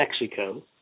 Mexico